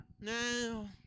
No